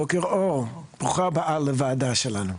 בוקר אור, ברוכה הבאה לוועדה שלנו.